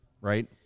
right